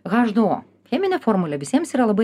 haš du o cheminė formulė visiems yra labai